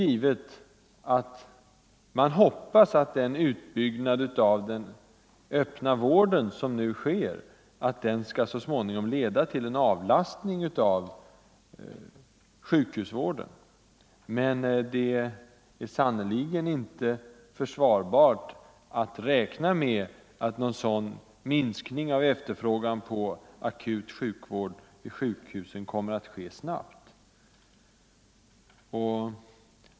Man hoppas givetvis att den utbyggnad av den öppna vården som nu sker, så småningom skall leda till en avlastning av sjukhusvården, men det är sannerligen inte försvarbart att räkna med att någon sådan minskning av efterfrågan på akut sjukvård vid sjukhusen kommer att ske snabbt.